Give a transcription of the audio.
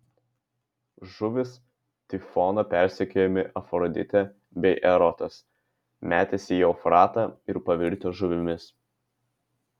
žuvys tifono persekiojami afroditė bei erotas metęsi į eufratą ir pavirtę žuvimis